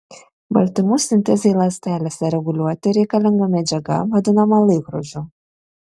baltymų sintezei ląstelėse reguliuoti reikalinga medžiaga vadinama laikrodžiu